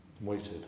waited